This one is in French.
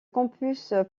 campus